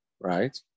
right